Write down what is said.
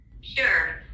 Sure